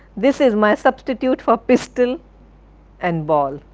this is my substitute for pistol and ball.